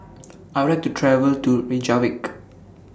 I Would like to travel to Reykjavik